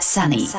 Sunny